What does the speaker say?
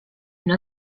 une